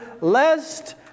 lest